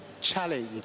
challenge